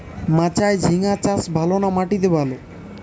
মাচায় ঝিঙ্গা চাষ ভালো না মাটিতে ভালো?